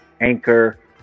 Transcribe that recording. Anchor